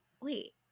wait